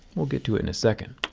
we'll get to it in a second.